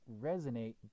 resonate